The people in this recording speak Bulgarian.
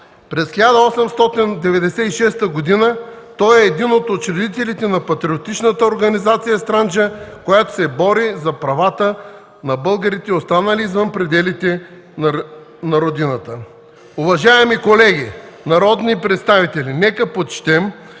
През 1896 г. той е един от учредителите на патриотичната организация „Странджа”, която се бори за правата на българите, останали извън пределите на Родината. Уважаеми колеги народни представители! Нека почетем